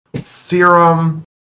serum